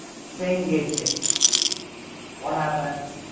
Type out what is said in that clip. strain gauge technique what happens,